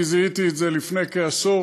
אני זיהיתי את זה לפני כעשור.